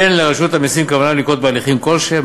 אין לרשות המסים כוונה לנקוט הליכים כלשהם